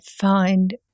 find